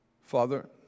Father